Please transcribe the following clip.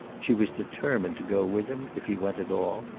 she was determined to go with him, if he went at all,